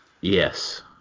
Yes